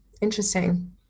Interesting